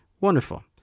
Wonderful